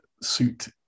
suit